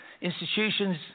institutions